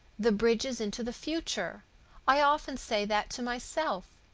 the bridges into the future i often say that to myself.